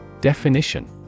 Definition